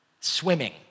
swimming